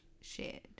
shared